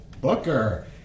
Booker